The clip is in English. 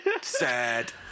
Sad